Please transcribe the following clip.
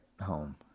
home